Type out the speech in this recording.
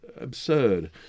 absurd